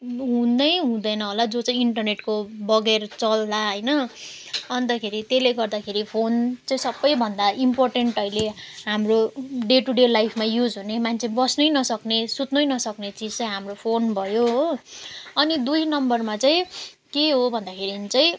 हुँदै हुँदैन होला जो चाहिँ इन्टरनेटको बेगर चल्ला होइन अन्तखेरि त्यसले गर्दाखेरि फोन चाहिँ सब भन्दा इम्पोर्टेन्ट अहिले हाम्रो डे टु डे लाइफमा युज हुने मान्छे बस्न नसक्ने सुत्न नसक्ने चिज चाहिँ हाम्रो फोन भयो हो अनि दुई नम्बरमा चाहिँ के हो भन्दाखेरि चाहिँ